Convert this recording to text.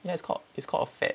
yeah it's called it's called a fad